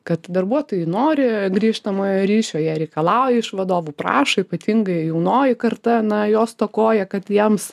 kad darbuotojai nori grįžtamojo ryšio jie reikalauja iš vadovų prašo ypatingai jaunoji karta na jos stokoja kad jiems